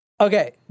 Okay